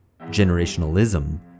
Generationalism